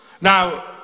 Now